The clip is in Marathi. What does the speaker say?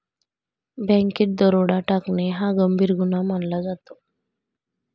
बँकेत दरोडा टाकणे हा गंभीर गुन्हा मानला जातो